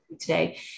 today